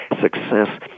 success